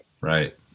Right